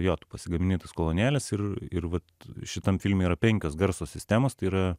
jo tu pasigamini tas kolonėles ir ir vat šitam filme yra penkios garso sistemos tai yra